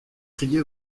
crié